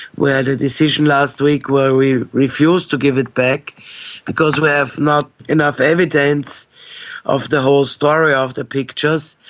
where the decision last week was we refuse to give it back because we have not enough evidence of the whole story of the pictures,